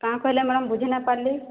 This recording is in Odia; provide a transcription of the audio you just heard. କାଆଁ କହିଲେ ମ୍ୟାଡ଼ାମ ବୁଝିନାହିଁ ପାରଲି